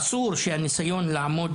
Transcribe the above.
אסור שהניסיון לעמוד,